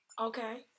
Okay